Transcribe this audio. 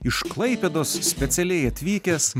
iš klaipėdos specialiai atvykęs